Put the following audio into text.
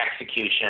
execution